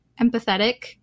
empathetic